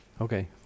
Okay